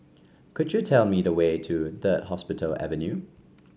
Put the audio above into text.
could you tell me the way to Third Hospital Avenue